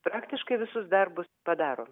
praktiškai visus darbus padaro